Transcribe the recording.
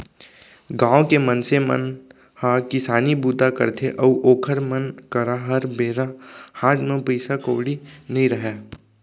गाँव के मनसे मन ह किसानी बूता करथे अउ ओखर मन करा हर बेरा हात म पइसा कउड़ी नइ रहय